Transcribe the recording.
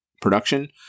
production